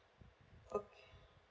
okay